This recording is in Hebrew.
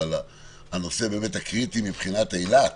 אבל הנושא הקריטי מבחינת אילת